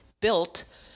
built